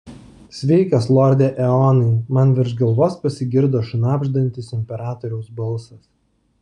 sveikas lorde eonai man virš galvos pasigirdo šnabždantis imperatoriaus balsas